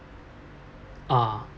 ah